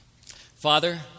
Father